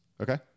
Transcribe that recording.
Okay